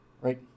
Right